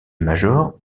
major